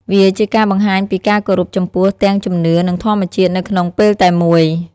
វាជាការបង្ហាញពីការគោរពចំពោះទាំងជំនឿនិងធម្មជាតិនៅក្នុងពេលតែមួយ។